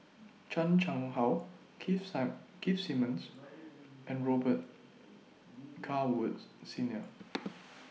Chan Chang How Keith SIM Keith Simmons and Robet Carr Woods Senior